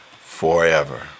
Forever